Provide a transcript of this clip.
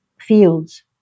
fields